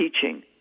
teaching